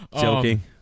Joking